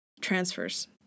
transfers